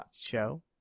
show